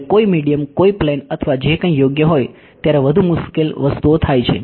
જ્યારે કોઈ મીડીયમ કોઈ પ્લેન અથવા જે કંઈ યોગ્ય હોય ત્યારે વધુ મુશ્કેલ વસ્તુઓ થાય છે